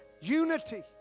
unity